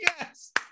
Yes